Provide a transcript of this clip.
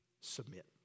Submit